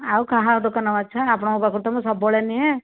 ଆଉ କାହା ଦୋକାନର ମାଛ ଆପଣଙ୍କ ପାଖରୁ ତ ମୁଁ ସବୁବେଳେ ନିଏ